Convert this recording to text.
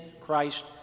Christ